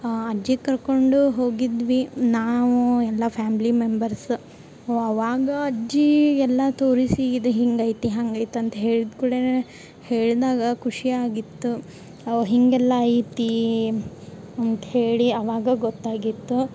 ಅಜ್ಜಿ ಕರ್ಕೊಂಡು ಹೋಗಿದ್ವಿ ನಾವು ಎಲ್ಲ ಫ್ಯಾಮ್ಲಿ ಮೆಂಬರ್ಸ್ ಅವ ಅವಾಗ ಅಜ್ಜಿ ಎಲ್ಲ ತೋರಿಸಿ ಇದು ಹೀಗೈತಿ ಹಾಗೈತಿ ಅಂತ ಹೇಳಿದ ಕುಳೆನೆ ಹೇಳ್ದಾಗ ಖುಷಿ ಆಗಿತ್ತು ಓ ಹೀಗೆಲ್ಲ ಐತಿ ಅಂತ್ಹೇಳಿ ಅವಾಗ ಗೊತ್ತಾಗಿತ್ತು